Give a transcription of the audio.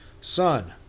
Son